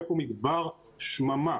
יהיה כאן מדבר ושממה.